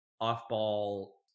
off-ball